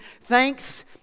Thanks